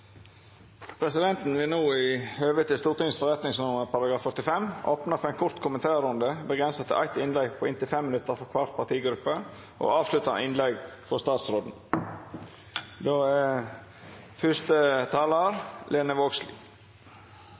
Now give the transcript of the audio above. Presidenten vil no, i samsvar med § 45 i Stortingets forretningsorden, opna for ein kort kommentarrunde, avgrensa til eit innlegg på inntil 5 minutt frå kvar partigruppe og avsluttande innlegg frå statsråden.